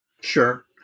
Sure